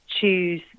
choose